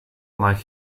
like